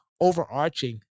overarching